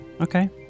Okay